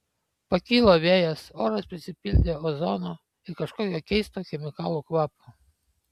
pakilo vėjas oras prisipildė ozono ir kažkokio keisto chemikalų kvapo